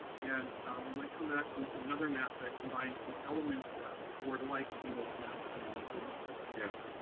and we might come back with another map that combines the elements that the board likes from both maps one and two. yeah